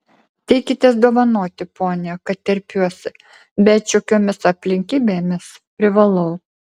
teikitės dovanoti pone kad terpiuosi bet šiokiomis aplinkybėmis privalau